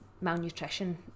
malnutrition